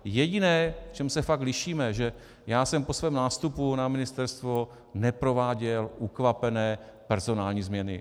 Jediné, v čem se fakt lišíme, je, že já jsem po svém nástupu na ministerstvo neprováděl ukvapené personální změny.